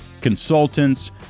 consultants